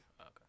Okay